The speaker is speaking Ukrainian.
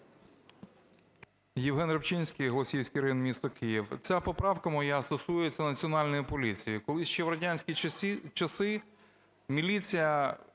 Євген Рибчинський, Голосіївський район, місто Київ. Ця поправка моя стосується Національної поліції. Колись ще в радянські часи міліція